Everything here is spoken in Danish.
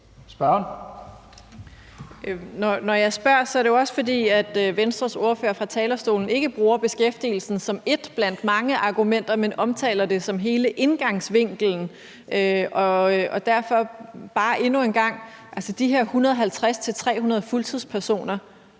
Når jeg spørger, er det også, fordi Venstres ordfører fra talerstolen ikke bruger beskæftigelsen som et blandt mange argumenter, men omtaler den som hele indgangsvinklen. Derfor vil jeg bare endnu engang spørge, om ordføreren synes,